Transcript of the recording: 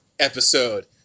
episode